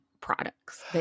products